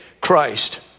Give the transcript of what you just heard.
Christ